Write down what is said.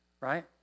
right